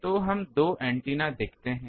तो हम दो ऐन्टेना देखते हैं